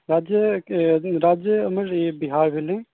राज्य राज्य हमर ई बिहार भेलै